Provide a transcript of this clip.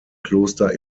kloster